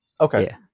Okay